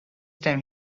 time